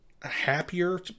happier